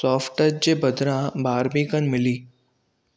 soft touch जे बदिरां Barbican मिली